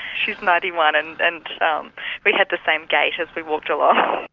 she's ninety one, and and um we had the same gait as we walked along.